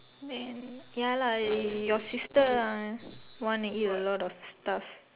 then ya lah your sister ah want to eat a lot of stuff